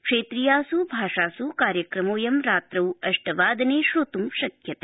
क्षेत्रीयास् भाषास् कार्यक्रमोऽयं रात्रौ अष्ठविदने श्रोत् शक्यते